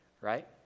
right